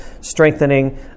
strengthening